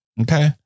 okay